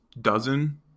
dozen